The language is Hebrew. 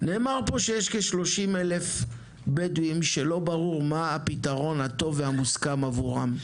נאמר פה שיש כ-30,000 בדואים שלא ברור מה הפתרון הטוב והמוסכם עבורם.